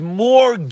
more